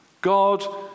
God